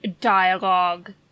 dialogue